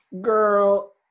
Girl